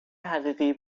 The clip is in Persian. حقیقی